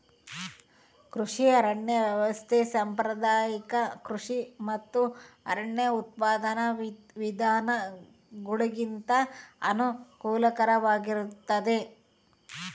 ಕೃಷಿ ಅರಣ್ಯ ವ್ಯವಸ್ಥೆ ಸಾಂಪ್ರದಾಯಿಕ ಕೃಷಿ ಮತ್ತು ಅರಣ್ಯ ಉತ್ಪಾದನಾ ವಿಧಾನಗುಳಿಗಿಂತ ಅನುಕೂಲಕರವಾಗಿರುತ್ತದ